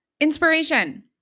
Inspiration